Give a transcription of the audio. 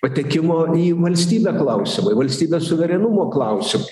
patekimo į valstybę klausimai valstybės suverenumo klausimai